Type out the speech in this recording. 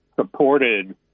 supported